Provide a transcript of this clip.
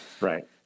Right